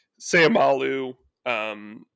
Samalu